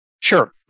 Sure